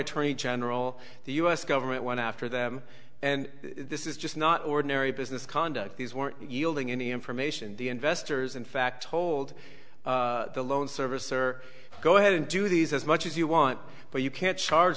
attorney general the us government went after them and this is just not ordinary business conduct these weren't yielding any information the investors in fact told the loan servicer go ahead and do these as much as you want but you can't charge